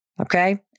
okay